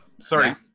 sorry